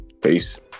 Peace